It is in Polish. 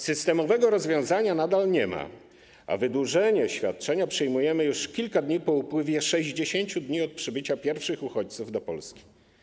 Systemowego rozwiązania nadal nie ma, a wydłużenie świadczenia przyjmujemy już kilka dni po upływie 60 dni od przybycia pierwszych uchodźców do Polski.